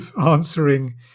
answering